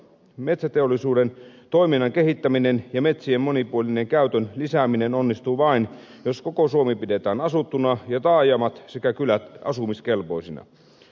metsäteollisuuden toiminnan kehittäminen ja metsien monipuolinen käytön lisääminen onnistuu vain jos koko suomi pidetään asuttuna ja taajamat sekä kylät asumiskelpoisina